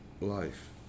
life